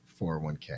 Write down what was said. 401k